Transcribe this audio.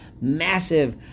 massive